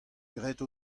graet